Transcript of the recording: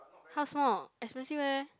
how small expensive eh